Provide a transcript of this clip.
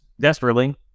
desperately